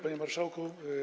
Panie Marszałku!